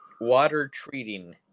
water-treating